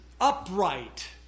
upright